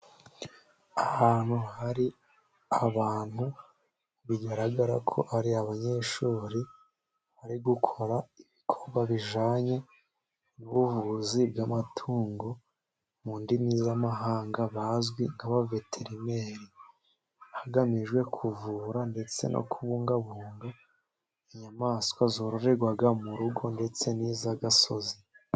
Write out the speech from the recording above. Ahantu hari abantu, bigaragara ko ari abanyeshuri bari gukora ibikorwa bijyanye n'ubuvuzi bw'amatungo mu ndimi z'amahanga bazwi nka ba veterimeri, hagamijwe kuvura ndetse no kubungabunga inyamaswa zororerwa mu rugo ndetse niz'agasozi.